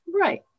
Right